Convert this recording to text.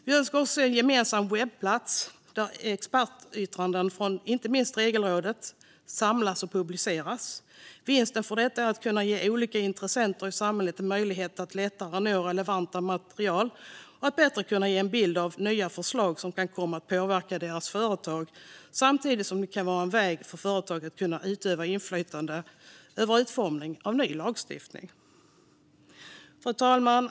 Vi önskar också se en gemensam webbplats där expertyttranden från inte minst Regelrådet samlas och publiceras. Vinsten med detta är att man kan ge olika intressenter i samhället möjlighet att lättare nå relevant material och att man kan ge en bättre bild av nya förslag som kan komma att påverka företagen. Samtidigt kan det vara en väg för företag att utöva inflytande över utformningen av ny lagstiftning. Fru talman!